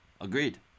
agreed